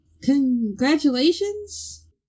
Congratulations